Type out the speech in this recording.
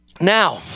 now